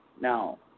No